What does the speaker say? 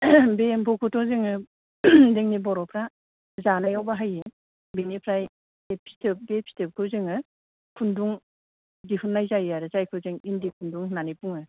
बे एम्फौखोथ' जोङो जोंनि बर'फ्रा जानायाव बाहायो बिनिफ्राय बे फिथोब बे फिथोबखौ जोङो खुन्दुं दिहुन्नाय जायो आरो जायखौ जों इन्दि खुन्दुं होन्नानै बुङो